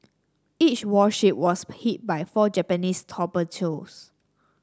each warship was hit by four Japanese torpedoes